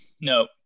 No